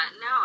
No